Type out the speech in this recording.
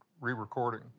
re-recording